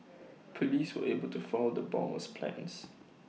Police were able to foil the bomber's plans